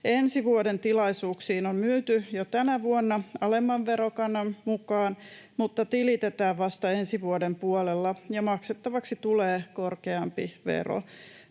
ensi vuoden tilaisuuksiin on myyty jo tänä vuonna alemman verokannan mukaan mutta tilitetään vasta ensi vuoden puolella ja maksettavaksi tulee korkeampi vero.